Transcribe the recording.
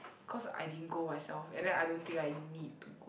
cause I didn't go myself and the I don't think I need to